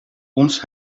ons